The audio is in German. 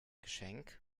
geschenk